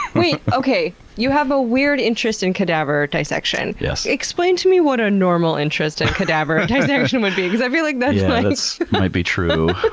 wait! okay, you have a weird interest in cadaver dissection. explain to me what a normal interest in cadaver dissection would be because i feel like. that might be true.